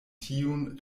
tiun